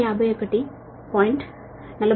472 0